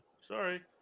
Sorry